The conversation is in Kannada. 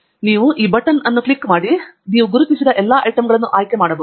ಆದ್ದರಿಂದ ನೀವು ಈ ಗುಂಡಿಯನ್ನು ಕ್ಲಿಕ್ ಮಾಡಬಹುದು ಅಲ್ಲಿ ನೀವು ಗುರುತಿಸಿದ ಎಲ್ಲಾ ಐಟಂಗಳನ್ನು ನೀವು ಆಯ್ಕೆ ಮಾಡಬಹುದು